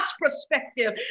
perspective